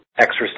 exercise